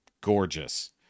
gorgeous